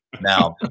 Now